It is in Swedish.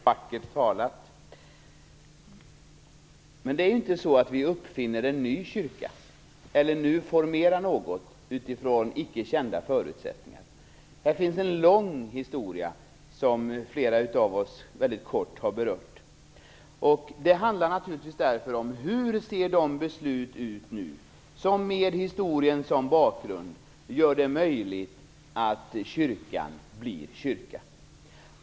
Herr talman! Vackert talat! Men det är inte så att vi uppfinner en ny kyrka eller nu formerar något utifrån icke kända förutsättningar. Här finns en lång historia, som flera av oss mycket kort har berört. Det handlar därför naturligtvis om hur de beslut ser ut som med historien som bakgrund gör det möjligt för kyrkan att bli kyrka.